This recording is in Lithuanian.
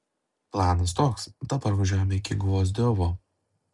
planas toks dabar važiuojame iki gvozdiovo